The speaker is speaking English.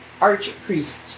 archpriest